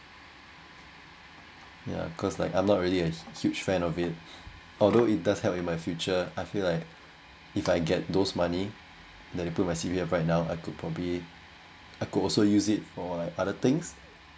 ya cause like I'm not really a huge fan of it although it does help in my future I feel like if I get those money that put in my C_P_F right now I could probably I could also use it for other things